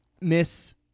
Miss